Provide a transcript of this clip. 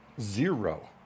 zero